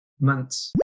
months